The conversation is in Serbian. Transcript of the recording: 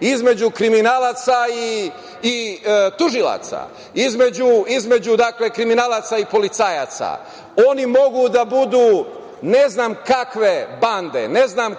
između kriminalaca i tužilaca, između kriminalaca i policajaca mogu da budu ne znam kakve bande,